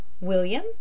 William